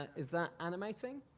is that animating?